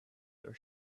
their